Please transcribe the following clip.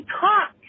talk